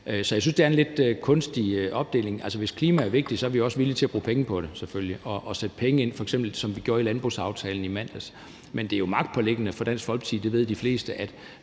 Så jeg synes, det er en lidt kunstig opdeling. Altså, hvis klima er vigtigt, er vi selvfølgelig også villige til at bruge penge på det og sætte penge af til det, som vi f.eks. gjorde i landbrugsaftalen i mandags. Men det er jo Dansk Folkeparti magtpåliggende – det ved de fleste – at